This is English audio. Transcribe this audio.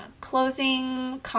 closing